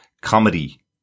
comedy